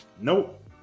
Nope